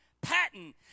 Patton